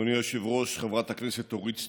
אדוני היושב-ראש, חברת הכנסת אורית סטרוק,